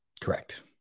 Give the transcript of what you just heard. Correct